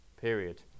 period